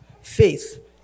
faith